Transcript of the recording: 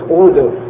order